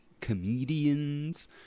comedians